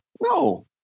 No